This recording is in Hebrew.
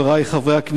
חברי הכנסת,